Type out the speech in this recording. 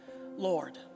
Lord